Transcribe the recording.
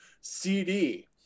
cd